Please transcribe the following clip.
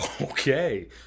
Okay